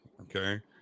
Okay